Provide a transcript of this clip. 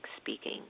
speaking